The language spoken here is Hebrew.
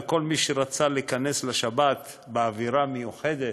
וכל מי שרצה להיכנס לשבת באווירה מיוחדת,